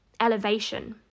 elevation